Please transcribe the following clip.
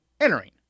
entering